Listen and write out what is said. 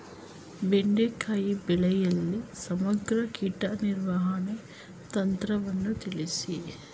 ಬೆಂಡೆಕಾಯಿ ಬೆಳೆಯಲ್ಲಿ ಸಮಗ್ರ ಕೀಟ ನಿರ್ವಹಣೆ ತಂತ್ರವನ್ನು ತಿಳಿಸಿ?